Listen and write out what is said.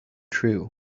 true